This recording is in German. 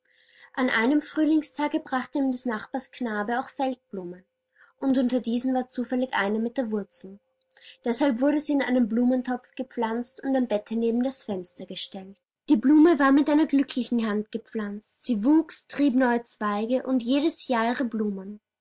an einem frühlingstage brachte ihm des nachbars knabe auch feldblumen und unter diesen war zufällig eine mit der wurzel deshalb wurde sie in einen blumentopf gepflanzt und am bette neben das fenster gestellt die blume war mit einer glücklichen hand gepflanzt sie wuchs trieb neue zweige und trug jedes jahr ihre blumen